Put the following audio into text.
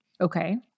Okay